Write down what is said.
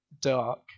dark